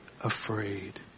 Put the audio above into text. afraid